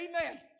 amen